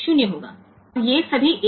તેથી તેનો અર્થ એ કે આ બીટ 0 હશે